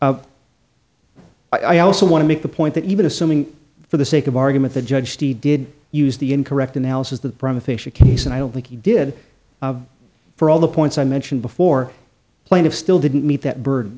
advanced i also want to make the point that even assuming for the sake of argument the judge he did use the incorrect analysis the keys and i don't think he did for all the points i mentioned before plaintiffs still didn't meet that burd